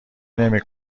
نمی